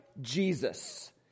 Jesus